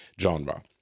genre